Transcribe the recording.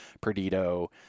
Perdido